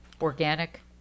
Organic